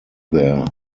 there